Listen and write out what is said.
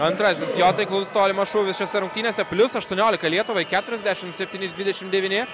antrasis jo taiklus tolimas šūvis šiose rungtynėse plius aštuoniolika lietuvai keturiasdešimt septyni dvidešimt devyni